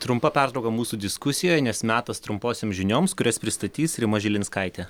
trumpa pertrauka mūsų diskusijoje nes metas trumposioms žinioms kurias pristatys rima žilinskaitė